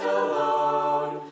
alone